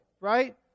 Right